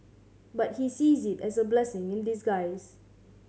but he sees it as a blessing in disguise